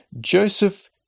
Joseph